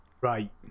Right